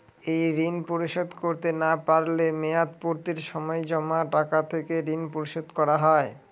এই ঋণ পরিশোধ করতে না পারলে মেয়াদপূর্তির সময় জমা টাকা থেকে ঋণ পরিশোধ করা হয়?